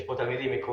יש תלמידים מקוראה,